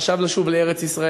חשב לשוב לארץ-ישראל,